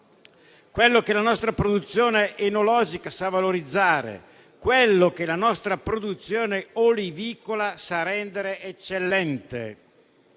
quello che la nostra produzione enologica sa valorizzare, quello che la nostra produzione olivicola sa rendere eccellente.